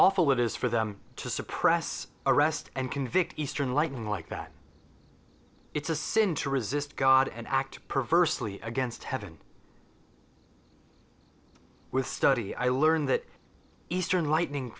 awful it is for them to suppress arrest and convict eastern lightning like that it's a sin to resist god and act perversely against heaven with study i learn that eastern lightning